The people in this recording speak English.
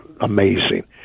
amazing